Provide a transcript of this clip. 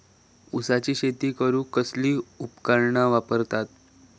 ऊसाची शेती करूक कसली उपकरणा वापरतत?